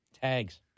Tags